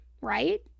right